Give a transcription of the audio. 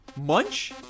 Munch